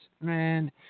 man